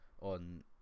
on